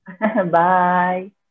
Bye